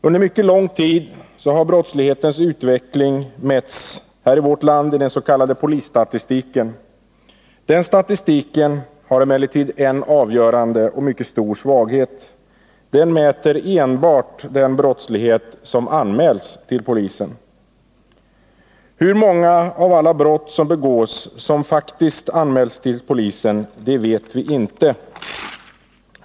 Under mycket lång tid har brottslighetens utveckling i vårt land mätts i den s.k. polisstatistiken. Den statistiken har emellertid en avgörande och mycket stor svaghet: den mäter enbart den brottslighet som anmäls till polisen. Hur många av alla brott som begås som faktiskt anmäls till polisen vet vi inte.